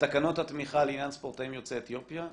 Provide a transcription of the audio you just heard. בתקנות התמיכה לעניין ספורטאים יוצאי אתיופיה,